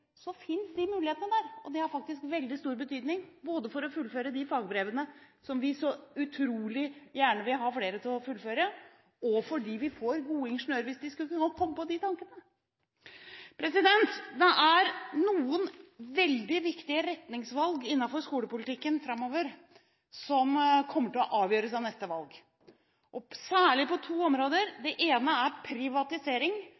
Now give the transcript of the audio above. finnes mulighetene der. Det er faktisk av veldig stor betydning både for å fullføre de fagbrevene som vi så utrolig gjerne vil ha flere til å fullføre, og fordi vi får gode ingeniører – hvis de skulle komme på de tankene. Det er noen veldig viktige retningsvalg innenfor skolepolitikken framover som kommer til å avgjøres ved neste valg, særlig på to områder: